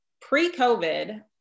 pre-covid